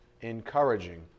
encouraging